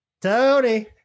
Tony